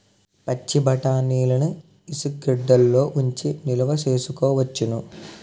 పచ్చిబఠాణీలని ఇసుగెడ్డలలో ఉంచి నిలవ సేసుకోవచ్చును